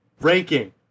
ranking